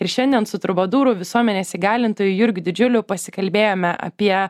ir šiandien su trubadūru visuomenės įgalintoju jurgiu didžiuliu pasikalbėjome apie